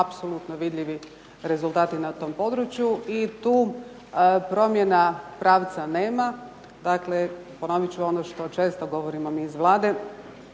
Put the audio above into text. apsolutno vidljivi rezultati na tom području i tu promjena pravca nema. Dakle, ponovit ću ono što često govorimo mi iz Vlade